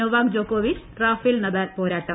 Novak ജോകോവിച്ച് Rafael Nadal പോരാട്ടം